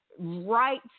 Right